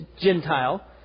Gentile